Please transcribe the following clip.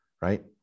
right